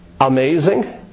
amazing